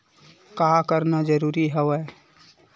का करना जरूरी हवय?